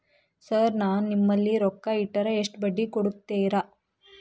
Sir ನಾನು ನಿಮ್ಮಲ್ಲಿ ರೊಕ್ಕ ಇಟ್ಟರ ಎಷ್ಟು ಬಡ್ಡಿ ಕೊಡುತೇರಾ?